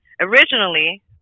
Originally